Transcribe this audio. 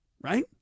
right